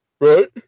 Right